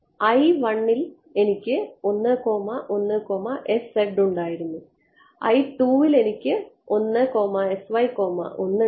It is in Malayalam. ൽ എനിക്ക് ഉണ്ടായിരുന്നു ൽ എനിക്ക് ഉണ്ടായിരുന്നു